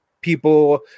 people